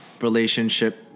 relationship